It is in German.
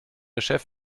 chef